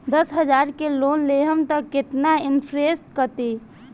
दस हजार के लोन लेहम त कितना इनट्रेस कटी?